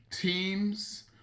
teams